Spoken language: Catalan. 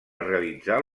realitzar